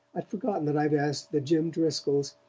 i'd forgotten that i'd asked the jim driscolls,